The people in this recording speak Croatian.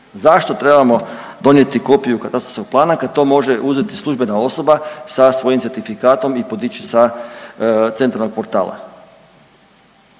Zašto trebamo donijeti kopiju katastarskog plana kad to može uzeti službena osoba sa svojim certifikatom i podići sa centralnog portala?